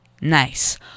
Nice